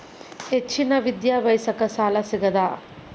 ಹೆಚ್ಚಿನ ವಿದ್ಯಾಭ್ಯಾಸಕ್ಕ ಸಾಲಾ ಸಿಗ್ತದಾ?